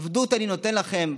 עבדות אני נותן לכם".